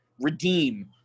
redeem